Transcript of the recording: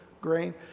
grain